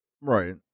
Right